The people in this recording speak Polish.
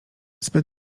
zbyt